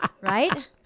Right